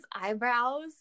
eyebrows